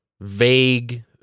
vague